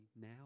now